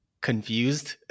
confused